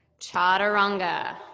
chaturanga